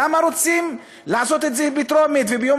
למה רוצים לעשות את זה בטרומית וביום